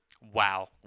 Wow